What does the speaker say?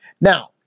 Now